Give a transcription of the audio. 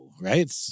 right